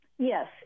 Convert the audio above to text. Yes